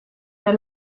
der